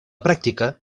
pràctica